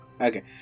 Okay